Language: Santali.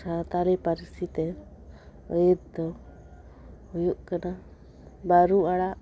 ᱥᱟᱶᱛᱟᱞᱤ ᱯᱟᱹᱨᱥᱤ ᱛᱮ ᱟᱹᱭᱟᱹᱛ ᱫᱚ ᱦᱩᱭᱩᱜ ᱠᱟᱱᱟ ᱵᱟᱹᱨᱩ ᱟᱲᱟᱜ